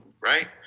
right